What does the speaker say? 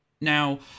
now